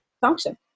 function